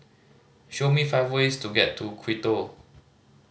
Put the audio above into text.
show me five ways to get to Quito